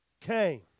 came